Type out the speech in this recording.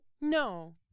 No